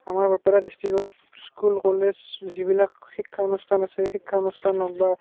আমাৰ বৰপেটা ডিষ্ট্ৰিকত school college যিবিলাক শিক্ষানুষ্ঠান আছে শিক্ষানুষ্ঠান হওক বা